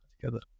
together